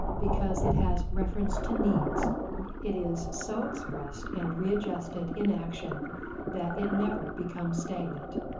because it has reference to needs it is so expressed and readjusted in action that it never becomes stagnant.